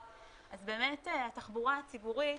אז באמת התחבורה הציבורית,